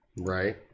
Right